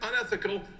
unethical